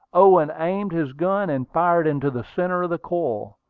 owen aimed his gun, and fired into the centre of the coil.